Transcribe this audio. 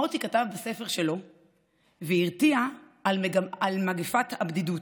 מרתי כתב בספר שלו והתריע על מגפת הבדידות.